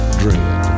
dread